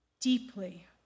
deeply